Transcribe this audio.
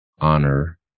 honor